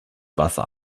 wasser